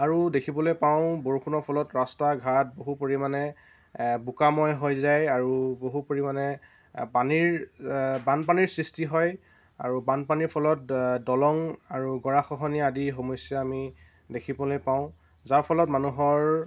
আৰু দেখিবলৈ পাওঁ বৰষুণৰ ফলত ৰাস্তা ঘাট বহু পৰিমাণে বোকাময় হৈ যায় আৰু বহু পৰিমাণে পানীৰ বানপানীৰ সৃষ্টি হয় আৰু বানপানীৰ ফলত দলং আৰু গৰা খহনীয়া আদি সমস্যা আমি দেখিবলৈ পাওঁ যাৰ ফলত মানুহৰ